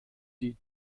die